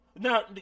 Now